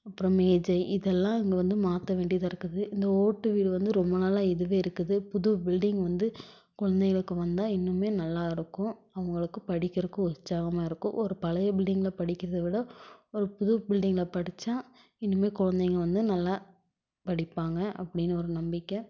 அப்புறம் மேஜை இதெல்லாம் இங்கே வந்து மாற்ற வேண்டியதாக இருக்குது இந்த ஓட்டு வீடு வந்து ரொம்ப நாளாக இதுவே இருக்குது புது பில்டிங் வந்து குழந்தைங்களுக்கு வந்தால் இன்னுமே நல்லா இருக்கும் அவங்களுக்கு படிக்கிறக்கும் உற்சாகமாக இருக்கும் ஒரு பழைய பில்டிங்கில் படிக்கிறத விட ஒரு புது பில்டிங்கில் படித்தா இன்னுமே குழந்தைங்க வந்து நல்லா படிப்பாங்க அப்படின்னு ஒரு நம்பிக்கை